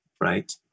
Right